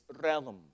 realm